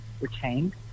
retained